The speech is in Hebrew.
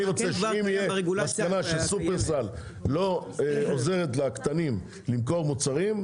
אני רוצה שאם תהיה מסקנה ששופרסל לא עוזרת לקטנים למכור מוצרים,